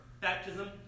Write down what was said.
baptism